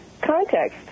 context